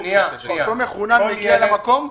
אותו מחונן מגיע למקום,